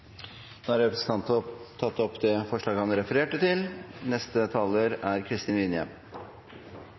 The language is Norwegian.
Da har representanten Geir Pollestad tatt opp det forslaget han refererte til.